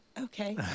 okay